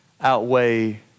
outweigh